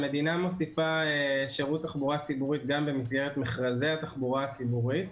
המדינה מוסיפה שירות תחבורה ציבורית גם במסגרת מכרזי התחבורה הציבורית.